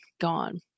gone